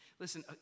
Listen